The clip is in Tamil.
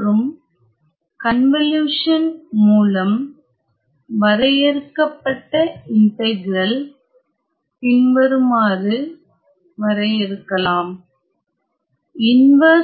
மற்றும் கன்வலியுசன் மூலம் வரையறுக்கப்பட்ட இன்டெக்ரல் பின்வருமாறு வரையறுக்கலாம் எனவேலேப்லஸ்